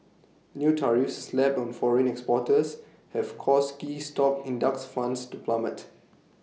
new tariffs slapped on foreign exporters have caused key stock index funds to plummet